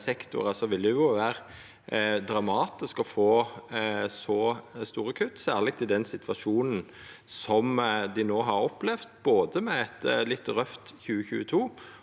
sektorar ville det vera dramatisk å få så store kutt, særleg i den situasjonen som dei no har opplevd, med eit litt røft 2022.